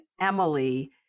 Emily